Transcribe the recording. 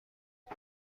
عمق